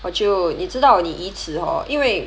我就你知道你椅子 hor 因为